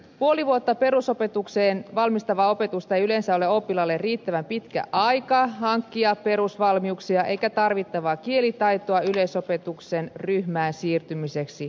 puoli vuotta perusopetukseen valmistavaa opetusta ei yleensä ole oppilaalle riittävän pitkä aika hankkia perusvalmiuksia eikä tarvittavaa kielitaitoa yleisopetuksen ryhmään siirtymiseksi